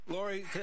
Lori